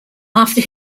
after